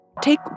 Take